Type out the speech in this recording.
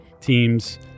teams